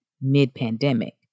mid-pandemic